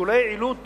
משיקולי יעילות